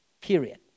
Period